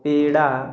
peda